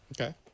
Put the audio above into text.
Okay